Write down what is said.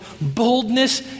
boldness